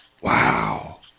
Wow